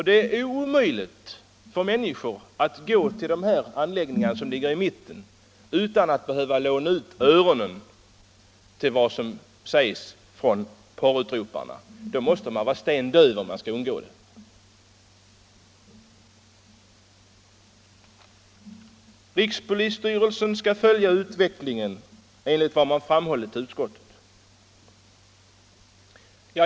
Det är omöjligt för människor att gå till dessa anläggningar som ligger i mitten utan att behöva låna öronen till vad som sägs från porrutroparna. Man måste vara stendöv om man skall undgå det. Rikspolisstyrelsen skall följa utvecklingen, enligt vad man framhållit i utskottet.